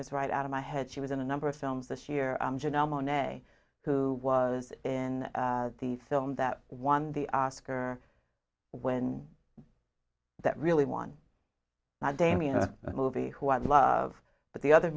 is right out of my head she was in a number of films this year jenelle monet who was in the film that won the oscar when that really one damien movie who i love but the other